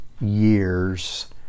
years